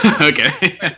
Okay